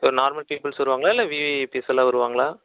ஒரு normal peoples வருவாங்களா இல்லை விஐபிஸ் எல்லாம் வருவாங்களா